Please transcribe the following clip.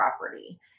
property